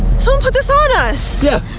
so put this on us. yeah,